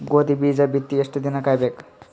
ಗೋಧಿ ಬೀಜ ಬಿತ್ತಿ ಎಷ್ಟು ದಿನ ಕಾಯಿಬೇಕು?